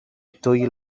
dwy